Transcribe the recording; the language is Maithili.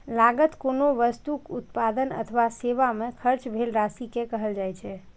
लागत कोनो वस्तुक उत्पादन अथवा सेवा मे खर्च भेल राशि कें कहल जाइ छै